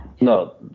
no